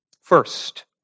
First